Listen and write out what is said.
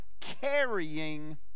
carrying